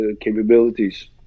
capabilities